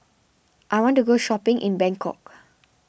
I want to go shopping in Bangkok